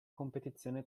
competizione